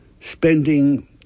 spending